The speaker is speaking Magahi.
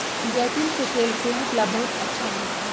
जैतून के तेल सेहत ला बहुत अच्छा हई